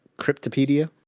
Cryptopedia